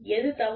எது தவறு